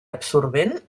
absorbent